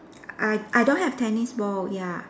I I don't have tennis ball ya